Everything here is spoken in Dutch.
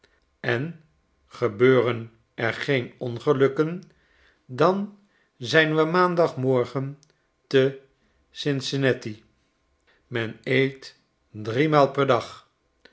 er geenongelukken dan zijn we maandagmorgen te cincinnati men eet driemaal per dag